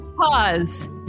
Pause